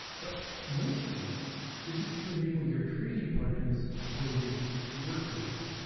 but mostly this is to enable your trading partner's ability to work with you.